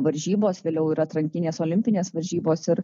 varžybos vėliau ir atrankinės olimpinės varžybos ir